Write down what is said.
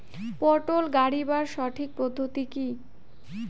পটল গারিবার সঠিক পদ্ধতি কি?